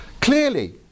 Clearly